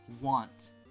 want